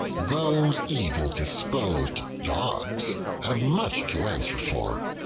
those evil-disposed dogs have much to answer for.